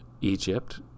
Egypt